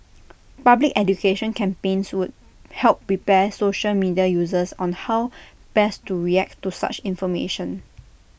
public education campaigns would help prepare social media users on how best to react to such information